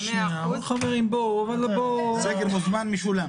סקר מוזמן משולם.